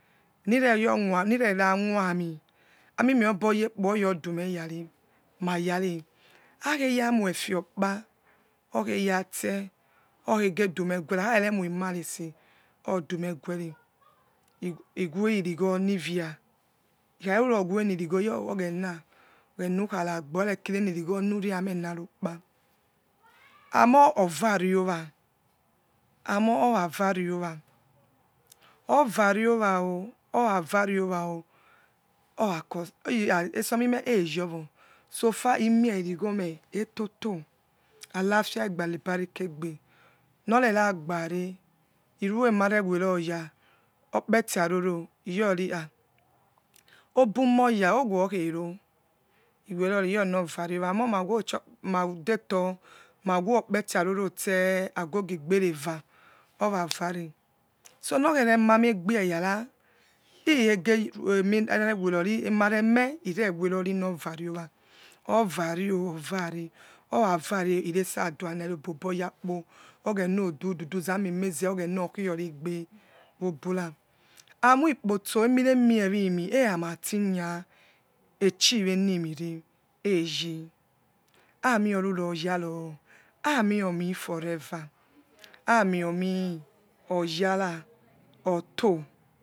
Nireyowomi nirera moimi eboyekpo oyadımeyane mayare akheramoife o okupa okheygozet oyodumeyare meguere akharemoimarese odume ghure igwirigho nixia ikharuroweniri gho typuri oghena ukharag be, okhakira enirigionuriamena fokpa amo ovare lne amori oravarinoa ovariowa e concern somime oravariada ora reen scoglireyoyo wo sofa, i mieirighome etoto, alafia agbe alubarika egbe norera sbare truemaremeroya okpeti aroro iyori ha ebimoys owokhero iwerori iyonou are ows madetor mawokpeti avons ste agogi igbereva oravare sonok here mamaegbe eyara ikhege iemi narewerori emareme irewerorinovare owa ovare ovare oravare o trese adua nard agheria oduity dy ogheng za moimeze okibregbe wobora amoiepotso eineniewimi enamati yon etchivenimire eye amiorero yanro amiomi forever ami oyara oto.